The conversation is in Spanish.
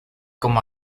como